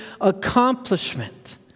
accomplishment